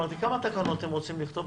אמרתי: כמה תקנות אתם רוצים לכתוב?